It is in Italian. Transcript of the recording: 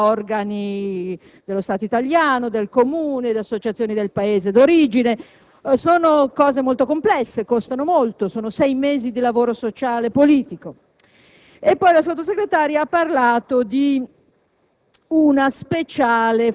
Essi vengono rimpatriati e seguiti per sei mesi da associazioni, organi dello Stato italiano o del Comune, da associazioni del Paese d'origine. Si tratta di situazioni molto complesse e costano molto: sei mesi di lavoro sociale e politico.